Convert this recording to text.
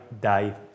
died